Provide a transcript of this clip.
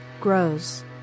grows